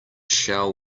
shall